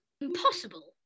Impossible